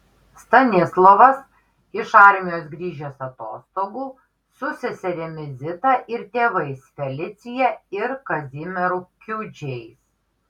stanislovas iš armijos grįžęs atostogų su seserimi zita ir tėvais felicija ir kazimieru kiudžiais